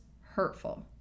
hurtful